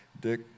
Dick